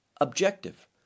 objective